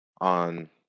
on